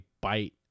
bite